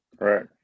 Right